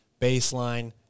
Baseline